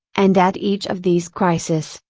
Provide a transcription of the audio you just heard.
and at each of these crisis,